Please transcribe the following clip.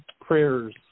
prayers